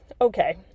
okay